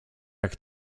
jak